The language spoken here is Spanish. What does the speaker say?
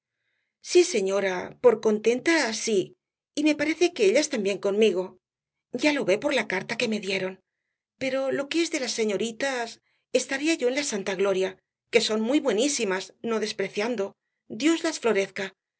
sí señora por contenta sí y me parece que ellas también conmigo ya lo ve por la carta que me dieron por lo que es de las señoritas estaría yo en la santa gloria que son muy buenísimas no despreciando dios las florezca